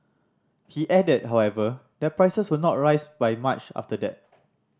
he added however that prices will not rise by much after that